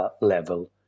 Level